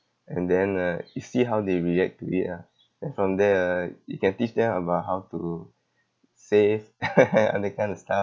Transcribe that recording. and then uh you see how they react to it ah and from there uh you can teach them about how to save and that kind of stuff